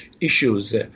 issues